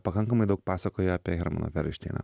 pakankamai daug pasakoja apie hermaną perelšteiną